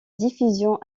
diffusion